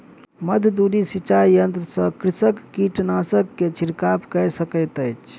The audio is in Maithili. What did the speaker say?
मध्य धूरी सिचाई यंत्र सॅ कृषक कीटनाशक के छिड़काव कय सकैत अछि